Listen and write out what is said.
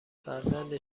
فرزند